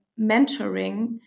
mentoring